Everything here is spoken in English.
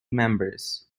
members